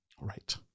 Right